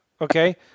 okay